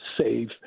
safe